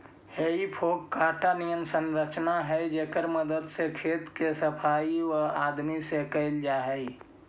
हेइ फोक काँटा निअन संरचना हई जेकर मदद से खेत के सफाई वआदमी से कैल जा हई